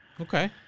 Okay